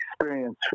experience